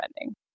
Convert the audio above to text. funding